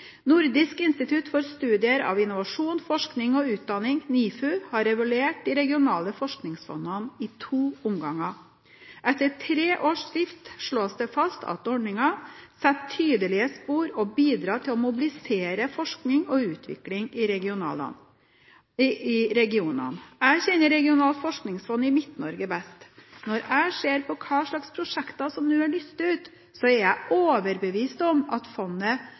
Nordisk institutt for studier av innovasjon, forskning og utdanning, NIFU, har evaluert de regionale forskningsfondene i to omganger. Etter tre års drift slås det fast at ordningen setter tydelige spor og bidrar til å mobilisere forskning og utvikling i regionene. Jeg kjenner Regionalt forskningsfond i Midt-Norge best. Når jeg ser hvilke prosjekter som nå er lyst ut, er jeg overbevist om at